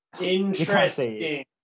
Interesting